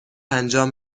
انجام